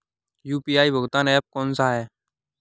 UPI भुगतान app कौन सा है?